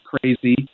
crazy